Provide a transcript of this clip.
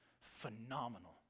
phenomenal